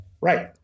Right